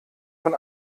von